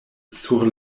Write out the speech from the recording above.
sur